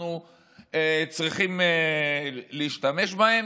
שאנחנו צריכים להשתמש בהם